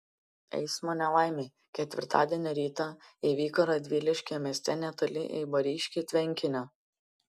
eismo nelaimė ketvirtadienio rytą įvyko radviliškio mieste netoli eibariškių tvenkinio